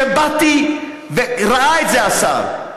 כשבאתי, וראה את זה השר,